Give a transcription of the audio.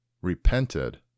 repented